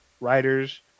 writers